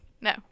No